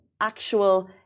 actual